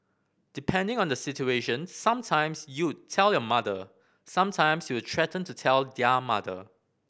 depending on the situation some times you would tell your mother some times you will threaten to tell their mother